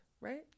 right